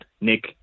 Nick